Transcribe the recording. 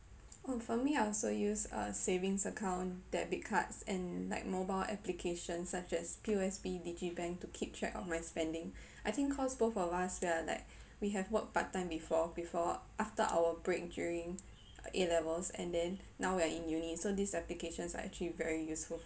oh for me I also use a savings account debit cards and like mobile applications such as P_O_S_B digi bank to keep track of my spending I think cause both of us we are like we have work part time before before after our break during uh A levels and then now we are in uni so these applications are actually very useful